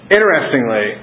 Interestingly